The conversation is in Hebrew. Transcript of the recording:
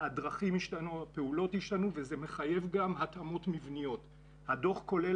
ואז אני אומר: אוקיי,